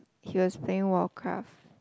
he was playing warcraft